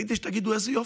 ציפיתי שתגידו: איזה יופי,